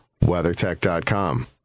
WeatherTech.com